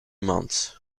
months